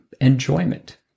enjoyment